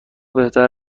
بهتر